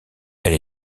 elle